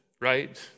right